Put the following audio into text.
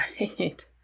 right